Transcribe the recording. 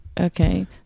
okay